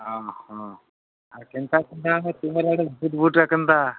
ଅ ହ ଆଉ କେନ୍ତା କେନ୍ତା କେନ୍ତା